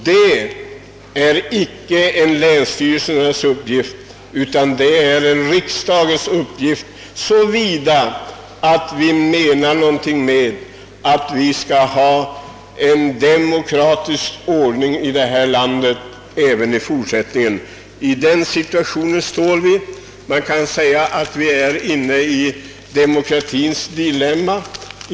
Detta är inte en länsstyrelsernas uppgift utan en riksdagens, d.v.s. under förutsättning att vi verkligen menar någonting med talet om att även i fortsättningen ha en demokratisk ordning i detta land. Vi står i en situation som nästan kan betecknas som ett demokratins dilemma.